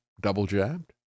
double-jabbed